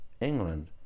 England